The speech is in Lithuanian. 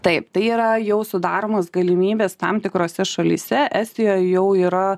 taip tai yra jau sudaromos galimybės tam tikrose šalyse estijoje jau yra